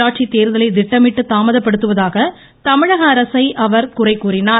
உள்ளாட்சி தேர்தலை திட்டமிட்டு தாமதப்படுத்துவதாக தமிழக அரசை அவர் குறை கூறினார்